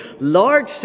large